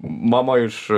mama iš